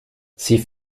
sie